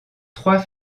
trois